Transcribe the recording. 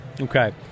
Okay